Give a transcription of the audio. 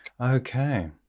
Okay